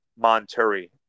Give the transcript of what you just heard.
Monturi